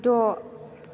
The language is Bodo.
द'